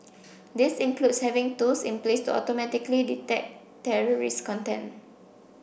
this includes having tools in place to automatically detect terrorist content